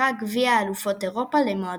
נקרא "גביע אלופות אירופה למועדונים".